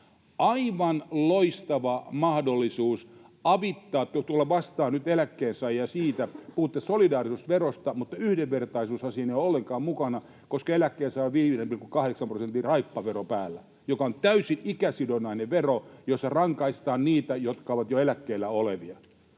aivan loistava mahdollisuus avittaa, tulla vastaan nyt eläkkeensaajia siinä — puhuitte solidaarisuusverosta, mutta yhdenvertaisuusasia ei ole ollenkaan mukana, koska eläkkeensaajilla on päällä 5,8 prosentin raippavero, joka on täysin ikäsidonnainen vero ja jolla rankaistaan niitä, jotka ovat jo eläkkeellä olevia.